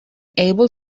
able